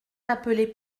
d’appeler